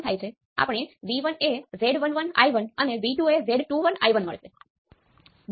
હું બે પોર્ટ અને ગમે ત્યાં ડિફાઇન કરી શકું છું